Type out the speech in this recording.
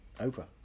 Oprah